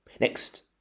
Next